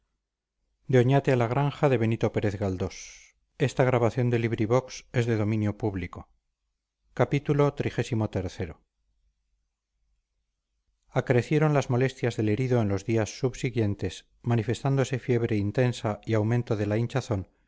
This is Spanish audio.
acrecieron las molestias del herido en los días subsiguientes manifestándose fiebre intensa y aumento de la hinchazón